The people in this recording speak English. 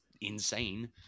insane